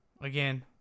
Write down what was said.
Again